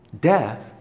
Death